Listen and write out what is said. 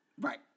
Right